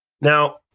Now